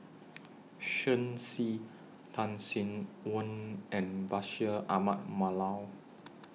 Shen Xi Tan Sin Aun and Bashir Ahmad Mallal